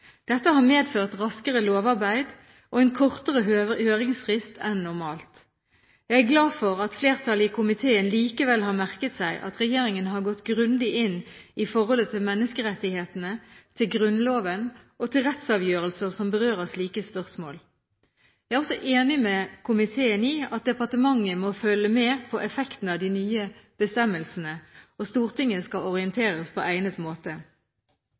Dette har medført raskere lovarbeid og en kortere høringsfrist enn normalt. Jeg er glad for at flertallet i komiteen likevel har merket seg at regjeringen har gått grundig inn i forholdet til menneskerettighetene, til Grunnloven og til rettsavgjørelser som berører slike spørsmål. Jeg er også enig med komiteen i at departementet må følge med på effekten av de nye bestemmelsene. Stortinget skal orienteres på egnet måte.